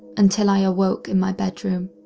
until i awoke in my bedroom.